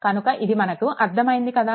కనుక ఇది మనకు అర్ధం అయ్యింది కదా